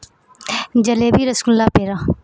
jalebi rasgulla پیڑا